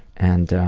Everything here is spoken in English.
and